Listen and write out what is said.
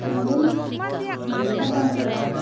ᱟᱫᱚᱧ ᱦᱟᱛᱟᱣ ᱠᱮᱫᱼᱟ